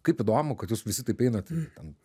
kaip įdomu kad jūs visi taip einat ten